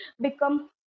become